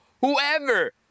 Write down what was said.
whoever